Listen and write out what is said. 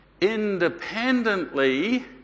independently